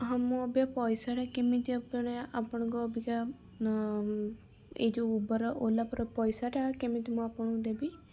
ହଁ ମୁଁ ଏବେ ପଇସାଟା କେମିତି ଆପଣଙ୍କୁ ଅବିକା ଏ ଯେଉଁ ଓବର ଓଲା ର ପଇସାଟା କେମିତି ମୁଁ ଆପଣଙ୍କୁ ଦେବି